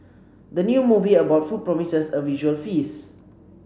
the new movie about food promises a visual feast